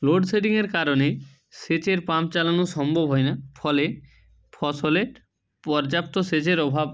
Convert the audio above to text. লোডশেডিংয়ের কারণেই সেচের পাম্প চালানো সম্ভব হয় না ফলে ফসলের পর্যাপ্ত সেচের অভাব